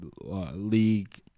League